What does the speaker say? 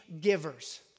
givers